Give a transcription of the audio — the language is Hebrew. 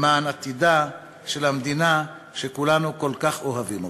למען עתידה של המדינה שכולנו כל כך אוהבים אותה.